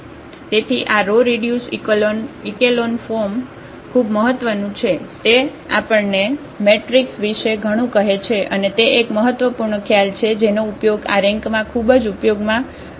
તેથી આ row reduce echelon form ખૂબ મહત્વનું છે તે આપણને મેટ્રિક્સ વિશે ઘણું કહે છે અને તે એક મહત્વપૂર્ણ ખ્યાલ છે જેનો ઉપયોગ આ રેન્કમાં ખૂબ જ ઉપયોગમાં આવે છે